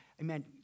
Amen